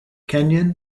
kenyon